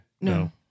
No